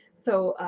so,